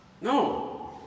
No